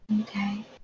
Okay